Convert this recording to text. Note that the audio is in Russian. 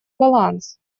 баланс